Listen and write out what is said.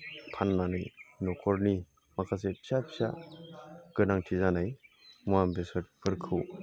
फाननानै न'खरनि माखासे फिसा फिसा गोनांथि जानाय मुवा बेसादफोरखौ